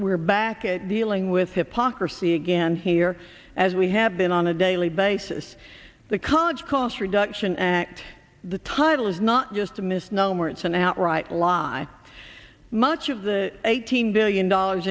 're back at the healing with hypocrisy again here as we have been on a daily basis the college cost reduction act the title is not just a misnomer it's an outright lie much of the eighteen in dollars